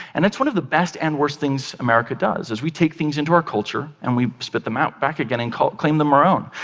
and that's one of the best and worst things america does, is we take things into our culture and we spit them out back again and claim them our own.